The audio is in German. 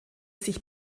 sich